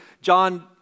John